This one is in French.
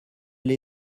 elle